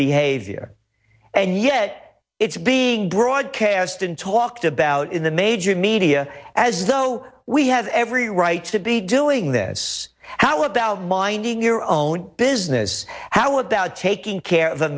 behavior and yet it's being broadcast and talked about in the major media as though we have every right to be doing this how about minding your own business how about taking care of them